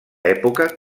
època